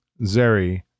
Zeri